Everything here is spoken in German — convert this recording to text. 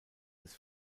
des